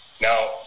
Now